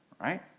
right